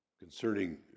Concerning